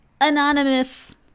Anonymous